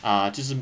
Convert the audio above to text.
ah 就是